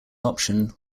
option